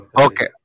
Okay